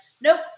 nope